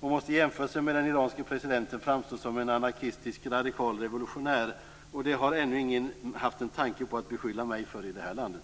Jag måste då i jämförelse med den iranske presidenten framstå som en anarkistisk, radikal revolutionär, och det har ännu ingen haft en tanke på att beskylla mig för i det här landet.